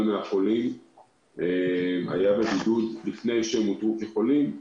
מהחולים היו בבידוד לפני שהם אותרו כחולים,